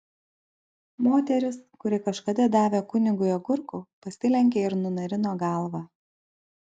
moteris kuri kažkada davė kunigui agurkų pasilenkė ir nunarino galvą